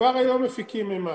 כבר היום מפיקים מימן.